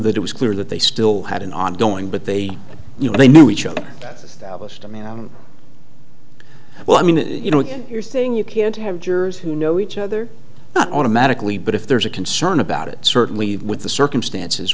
that it was clear that they still had an ongoing but they you know they knew each other that well i mean you know again you're saying you can't have jurors who know each other not automatically but if there's a concern about it certainly with the circumstances